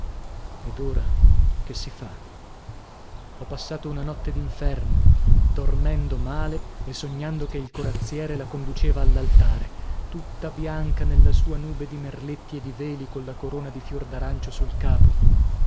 ed ora che si fa ho passato una notte d'inferno dormendo male e sognando che il corazziere la conduceva all'altare tutta bianca nella sua nube di merletti e di veli colla corona di fior d'arancio sul capo